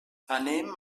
anem